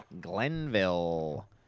Glenville